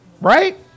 Right